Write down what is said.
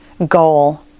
Goal